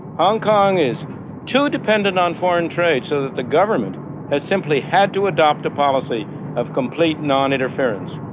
hong kong is too dependent on foreign trade, so that the government has simply had to adopt a policy of complete non-interference.